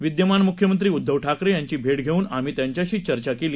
विद्यमानमुख्यमंत्रीउध्दवठाकरेयांचीभेटघेऊनआम्हीत्यांच्याशीचर्चाकेली